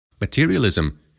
Materialism